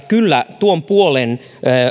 kyllä tuon puolen